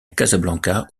casablanca